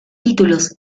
títulos